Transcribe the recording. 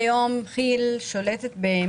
אין הרבה דברים שאני שונאת בחיים,